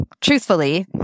truthfully